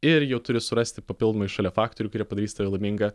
ir jau turi surasti papildomai šalia faktorių kurie padarys tave laimingą